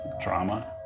Drama